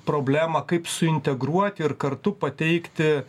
problemą kaip suintegruoti ir kartu pateikti